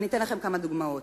אתן לכם כמה דוגמאות: